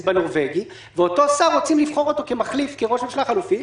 בנורבגי ורוצים לבחור אותו כראש ממשלה חלופי,